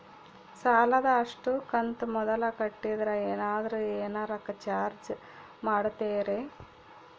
ಸಾಲದ ಅಷ್ಟು ಕಂತು ಮೊದಲ ಕಟ್ಟಿದ್ರ ಏನಾದರೂ ಏನರ ಚಾರ್ಜ್ ಮಾಡುತ್ತೇರಿ?